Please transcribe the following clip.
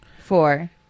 Four